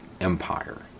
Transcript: empire